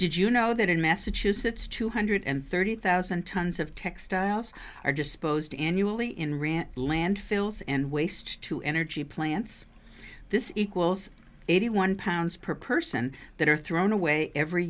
did you know that in massachusetts two hundred thirty thousand tonnes of textiles are disposed annually in rant landfills and waste to energy plants this equals eighty one pounds per person that are thrown away every